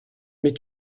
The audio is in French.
mais